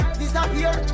disappear